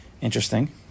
Interesting